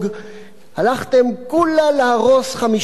הלכתם "כולה להרוס חמישה בתים"